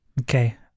Okay